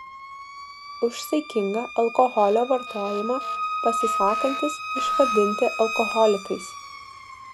už saikingą alkoholio vartojimą pasisakantys išvadinti alkoholikais